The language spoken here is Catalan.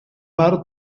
mar